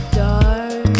dark